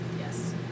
yes